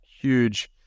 huge